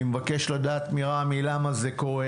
אני מבקש מרמ"י לדעת למה זה קורה,